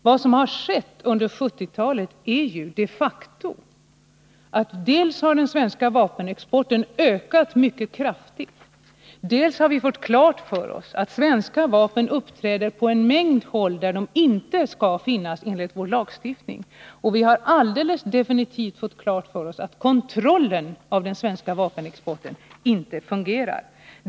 Vad som har skett under 1970-talet är de facto att dels har den svenska vapenexporten ökat mycket kraftigt, dels har vi fått klart för oss att svenska vapen uppträder på en mängd håll där de inte skall finnas enligt vår lagstiftning. Vi har alldeles definitivt fått klart för oss att kontrollen av den svenska vapenexporten inte fungerar.